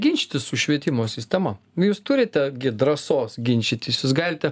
ginčytis su švietimo sistema jūs turite gi drąsos ginčytis jūs galite